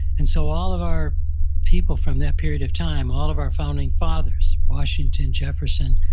and so all of our people from that period of time, all of our founding fathers, washington, jefferson,